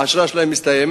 האשרה שלהם מסתיימת,